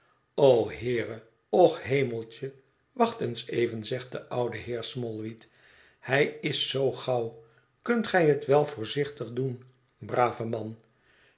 o heere och hemeltje wacht eens even zegt de oude heer smallweed hij is zoo gauw kunt gij het wel voorzichtig doen brave man